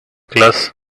class